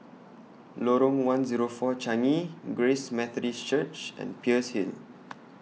Lorong one Zero four Changi Grace Methodist Church and Peirce Hill